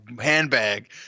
handbag